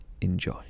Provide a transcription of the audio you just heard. enjoy